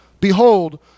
behold